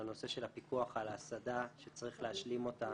הנושא של הפיקוח על ההסעדה שצריך להשלים אותה